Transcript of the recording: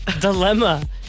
dilemma